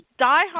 diehard